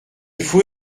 faut